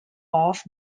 off